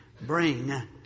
bring